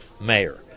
mayor